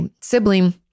sibling